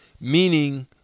Meaning